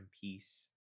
peace